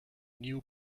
new